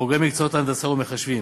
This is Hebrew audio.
בוגרי המקצועות הנדסה ומחשבים.